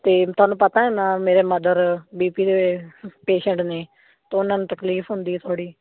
ਅਤੇ ਤੁਹਾਨੂੰ ਪਤਾ ਨਾ ਮੇਰੇ ਮਦਰ ਬੀ ਪੀ ਦੇ ਪੇਸ਼ੰਟ ਨੇ ਅਤੇ ਉਹਨਾਂ ਨੂੰ ਤਕਲੀਫ ਹੁੰਦੀ ਹੈ ਥੋੜ੍ਹੀ